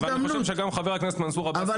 ואני חושב שגם חבר הכנסת מנסור עבאס